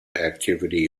activity